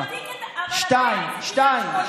אז הוא מעתיק את, אבל הבעיה היא קריית שמונה.